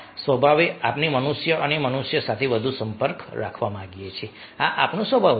સ્વભાવે આપણે મનુષ્ય અન્ય મનુષ્યો સાથે વધુ સંપર્ક રાખવા માંગીએ છીએ આ આપણો સ્વભાવ છે